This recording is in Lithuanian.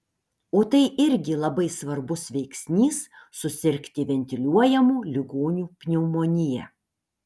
o tai irgi labai svarbus veiksnys susirgti ventiliuojamų ligonių pneumonija